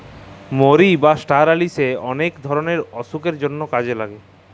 মরি বা ষ্টার অলিশে অলেক ধরলের অসুখের জন্হে কাজে লাগে